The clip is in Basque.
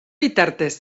bitartez